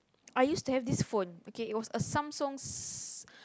I used to have this phone okay it was a Samsung